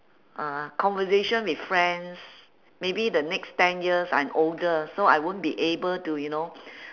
uh conversation with friends maybe the next ten years I'm older so I won't be able to you know